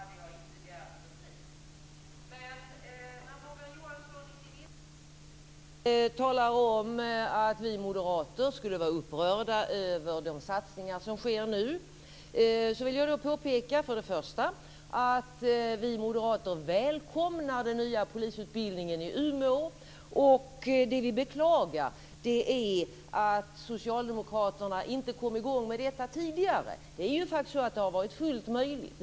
Fru talman! Om det inte hade varit så att Morgan Johansson for med osanning hade jag inte begärt replik. Men när Morgan Johansson i sin inledning talar om att vi moderater skulle vara upprörda över de satsningar som nu sker, vill jag påpeka några saker. Vi moderater välkomnar den nya polisutbildningen i Umeå. Vi beklagar att Socialdemokraterna inte kom i gång med detta tidigare. Det har faktiskt varit fullt möjligt.